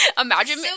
imagine